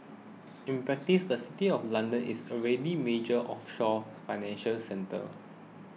in practice the City of London is already major offshore financial centre